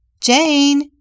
Jane